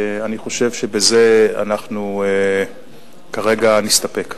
אני חושב שבזה אנחנו כרגע נסתפק.